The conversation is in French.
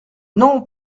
non